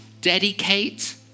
dedicate